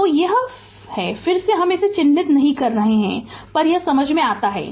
तो यह यह है फिर से हम इसे चिह्नित नहीं कर रहे है पर यह समझ में आता है